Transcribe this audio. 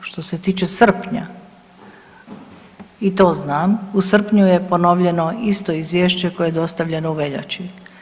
Što se tiče srpnja i to znam, u srpnju je ponovljeno isto izvješće koje je dostavljeno u veljači.